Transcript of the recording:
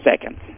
seconds